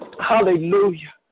hallelujah